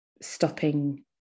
stopping